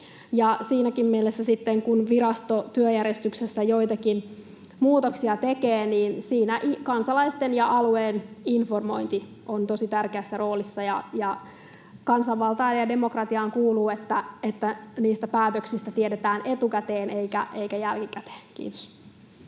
siinäkin mielessä sitten, kun virasto työjärjestyksessä joitakin muutoksia tekee, siinä kansalaisten ja alueen informointi on tosi tärkeässä roolissa. Ja kansanvaltaan ja demokratiaan kuuluu, että niistä päätöksistä tiedetään etukäteen eikä jälkikäteen. — Kiitos.